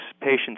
patients